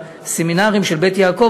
בסמינרים של "בית יעקב",